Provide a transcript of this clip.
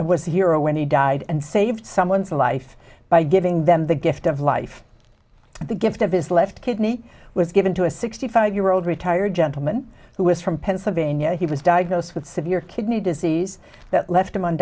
hero was a hero when he died and saved someone's life by giving them the gift of life the gift of his left kidney was given to a sixty five year old retired gentleman who is from pennsylvania he was diagnosed with severe kidney disease left him on